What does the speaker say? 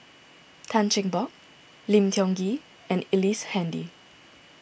Tan Cheng Bock Lim Tiong Ghee and Ellice Handy